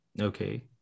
Okay